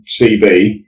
CB